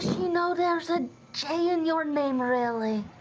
know there's a j in your name really?